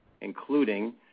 including